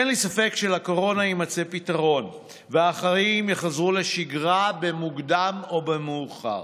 אין לי ספק שלקורונה יימצא פתרון והחיים יחזרו לשגרה במוקדם או במאוחר,